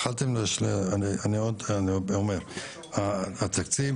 אני עוד פעם אומר, התקציב